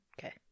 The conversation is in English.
okay